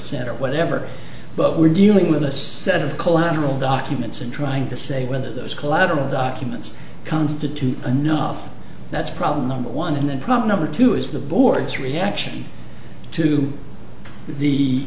center whatever but we're dealing with a set of collateral documents and trying to say whether those collateral documents constitute a nuff that's problem number one and the problem number two is the board's reaction to the